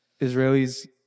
Israelis